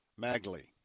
Magley